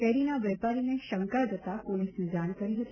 કેરીના વેપારીને શંકા જતા પોલીસને જાણ કરી હતી